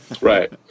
Right